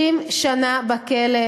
30 שנה בכלא.